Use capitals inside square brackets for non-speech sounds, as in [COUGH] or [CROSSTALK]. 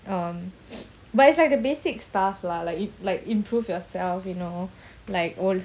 um [NOISE] but it's like the basic stuff lah like im~ like improve yourself you know like all